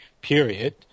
period